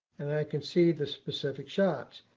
and i can see the specific shots.